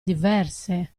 diverse